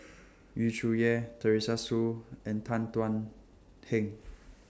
Yu Zhuye Teresa Hsu and Tan Thuan Heng